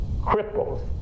cripples